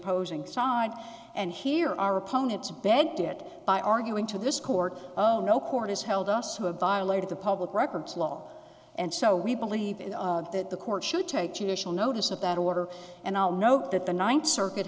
opposing side and here our opponents begged it by arguing to this court oh no court has held us who have violated the public records law and so we believe that the court should take judicial notice of that order and i'll note that the ninth circuit